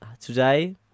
today